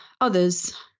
others